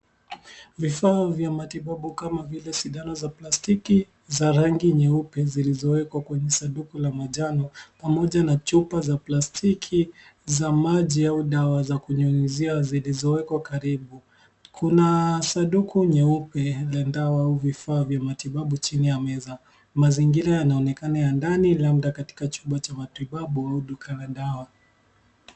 Vifaa vya matibabu kama vile sindano za plastiki za rangi nyeupe zilizowekwa kwenye sanduku la manjano pamoja na chupa za plastiki za maji au dawa za kunyunyuzia zilizowekwa karibu ,kuna sanduku nyeupe mtandao au vifaa vya matibabu chini ya meza mazingira yanaonekana ya ndani katika chumba cha matibabu au duka la dawa.